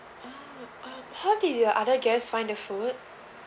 ah um how did you or other guests find the food